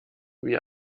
wie